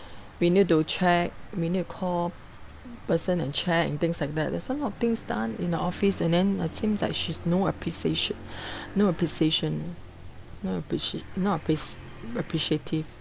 we need to check we need to call person and check and things like that there's a lot of things done in the office and then uh seems like she's no appreciatio~ no appreciation no appreci~no appres~ not appreciative